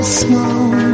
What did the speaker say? small